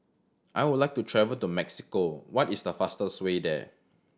I would like to travel to Mexico what is the fastest way there